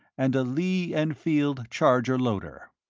and a lee-enfield charger-loader.